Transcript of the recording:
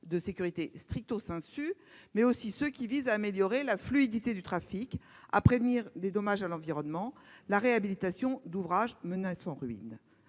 de sécurité, mais aussi ceux qui visent à améliorer la fluidité du trafic ou à prévenir des dommages à l'environnement, la réhabilitation d'ouvrages menaçant ruine.